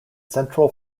central